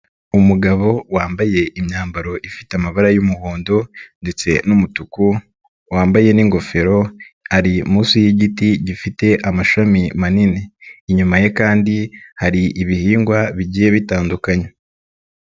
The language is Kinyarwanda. Umugabo wambaye imyambaro ifite amabara y'umuhondo ndetse n'umutuku, wambaye n'ingofero ari munsi y'igiti gifite amashami manini. Inyuma ye kandi hari ibihingwa bigiye bitandukanye.